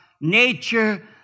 nature